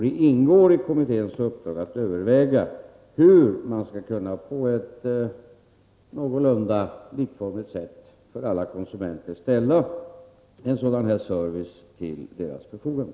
Det ingår i kommitténs uppdrag att överväga hur man på ett någorlunda likformigt sätt skall kunna ställa en sådan här service till alla konsumenters förfogande.